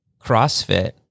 CrossFit